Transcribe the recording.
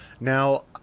Now